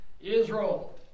Israel